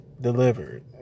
delivered